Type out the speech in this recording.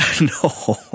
No